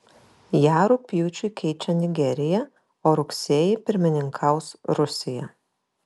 ją rugpjūčiui keičia nigerija o rugsėjį pirmininkaus rusija